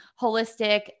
holistic